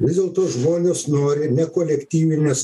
vis dėlto žmonės nori ne kolektyvinės